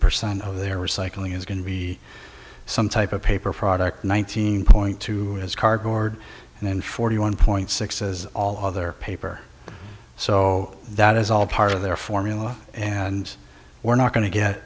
percent of their recycling is going to be some type of paper product one thousand point two as cardboard and forty one point six as all other paper so that is all part of their formula and we're not going to get